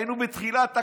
היינו בתחילת הקורונה,